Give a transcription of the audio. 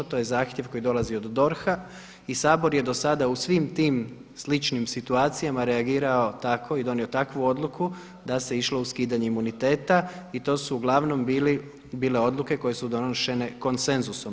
To je zahtjev koji dolazi od DORH-a i Sabor je dosada u svim tim sličnim situacijama reagirao tako i donio takvu odluku da se išlo u skidanje imuniteta i to su uglavnom bile odluke koje su donošene konsenzusom.